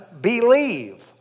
believe